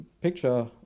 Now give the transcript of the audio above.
picture